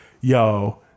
yo